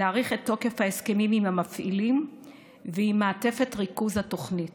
להאריך את תוקף ההסכמים עם המפעילים ועם מעטפת ריכוז התוכנית